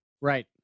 Right